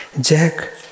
Jack